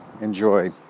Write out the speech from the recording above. enjoy